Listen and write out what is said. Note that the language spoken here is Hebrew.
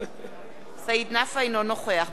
אינו נוכח בנימין נתניהו,